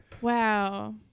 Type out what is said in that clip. Wow